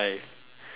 six